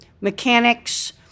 mechanics